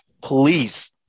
please